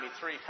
three